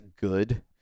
good